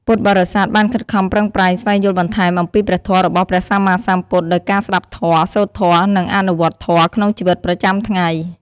ពុទ្ធបរិស័ទបានខិតខំប្រឹងប្រែងស្វែងយល់បន្ថែមអំពីព្រះធម៌របស់ព្រះសម្មាសម្ពុទ្ធ ដោយការស្តាប់ធម៌ សូត្រធម៌ និងអនុវត្តធម៌ក្នុងជីវិតប្រចាំថ្ងៃ។